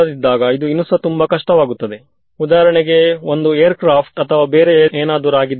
so ಇದು ನನಗೆ ತಿಳಿದಿದೆ ಇವನ ಬಗ್ಗೆ ಏನಾದರೂ ತಿಳಿದಿದೆಯೇ